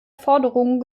forderungen